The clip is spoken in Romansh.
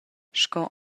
sco